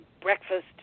breakfast